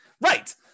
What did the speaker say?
Right